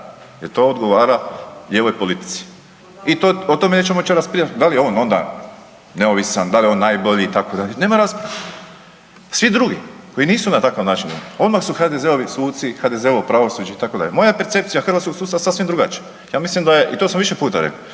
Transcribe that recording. jer to odgovara lijevoj politici i o tome .../Govornik se ne razumije./... da li je on onda neovisan, da li je on najbolji, itd., nema rasprave. Svi drugi koji nisu na takav način, odmah su HDZ-ovi suci, HDZ-ovo pravosuđe, itd. Moja percepcija hrvatskog sustava je sasvim drugačija. Ja mislim da je, i to sam više puta rekao,